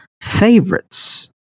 favorites